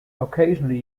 occasionally